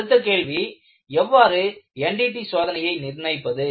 அடுத்த கேள்வி எவ்வாறு NDT சோதனையை நிர்ணயிப்பது